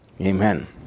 Amen